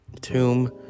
Tomb